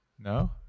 No